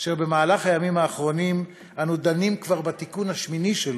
אשר במהלך הימים האחרונים אנו דנים כבר בתיקון השמיני שלו.